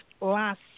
last